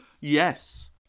yes